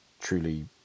truly